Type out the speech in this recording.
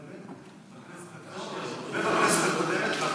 שאני הגשתי גם בכנסת הזאת.